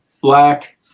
black